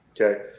okay